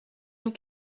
vous